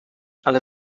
ale